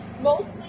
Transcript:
mostly